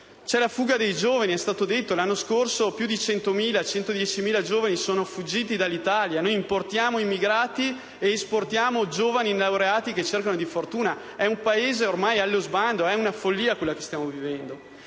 C'è la fuga di giovani: è stato detto che l'anno scorso più di 110.000 giovani sono fuggiti dall'Italia. Noi importiamo immigrati ed esportiamo giovani laureati che cercano di fare fortuna. È un Paese ormai allo sbando. È una follia quella che stiamo vivendo.